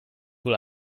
wohl